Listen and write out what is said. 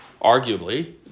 arguably